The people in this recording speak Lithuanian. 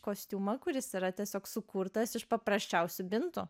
kostiumą kuris yra tiesiog sukurtas iš paprasčiausių bintų